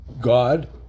God